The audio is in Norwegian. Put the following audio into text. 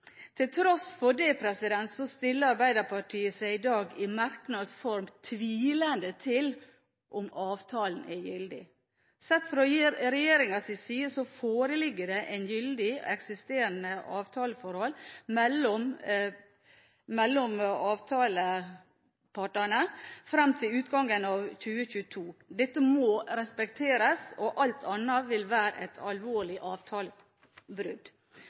Til tross for det stiller Arbeiderpartiet seg i dag, i merknads form, tvilende til om avtalen er gyldig. Sett fra regjeringens side foreligger det et gyldig, eksisterende avtaleforhold mellom avtalepartene fram til utgangen av 2022. Dette må respekteres. Alt annet vil være et alvorlig avtalebrudd.